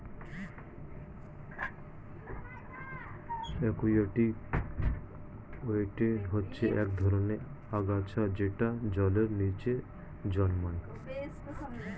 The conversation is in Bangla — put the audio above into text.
অ্যাকুয়াটিক উইড হচ্ছে এক ধরনের আগাছা যেটা জলের নিচে জন্মায়